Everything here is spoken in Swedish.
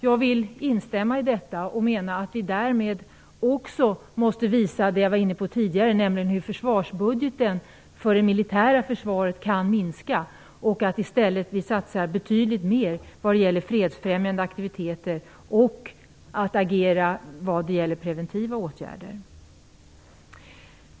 Jag vill instämma i detta och menar att vi därmed också måste visa det jag var inne på tidigare, nämligen hur försvarsbudgeten för det militära försvaret kan minska och hur vi i stället kan satsa betydligt mer på fredsfrämjande aktiviteter och på att agera när det gäller preventiva åtgärder.